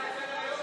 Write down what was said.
מה קרה לסדר-היום,